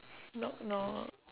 knock knock